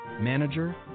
manager